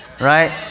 right